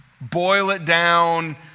boil-it-down